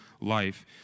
life